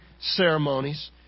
ceremonies